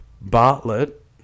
Bartlett